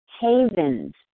Havens